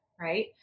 right